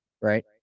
right